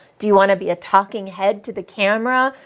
do you want to be a talking head to the camera?